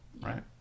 right